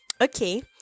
okay